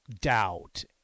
doubt